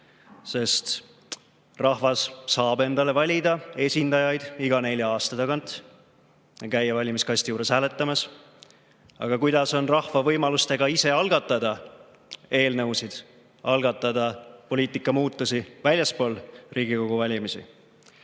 sest rahvas saab endale valida esindajaid iga nelja aasta tagant, käia valimiskasti juures hääletamas. Aga kuidas on rahva võimalustega ise algatada eelnõusid, algatada poliitikamuutusi väljaspool Riigikogu valimisi?